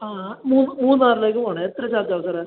ആ മൂന്നാറിലേക്ക് പോകണം എത്ര ചാർജ് ആവും സാറേ